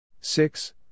Six